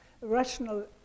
rational